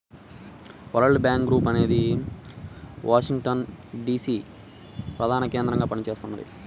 world Bank Group అనేది Washington DC ప్రధానకేంద్రంగా పనిచేస్తున్నది